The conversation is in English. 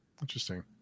Interesting